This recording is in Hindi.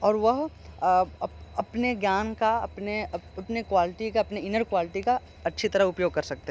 और वह अपने ज्ञान का अपने अपने क्वॉलिटी का अपने इन्नर क्वॉलिटी का अच्छी तरह उपयोग कर सकते हैं